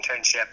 internship